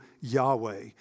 Yahweh